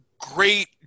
great